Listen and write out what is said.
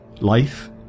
life